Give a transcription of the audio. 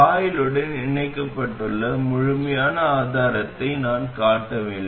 வாயிலுடன் இணைக்கப்பட்டுள்ள முழுமையான ஆதாரத்தை நான் காட்டவில்லை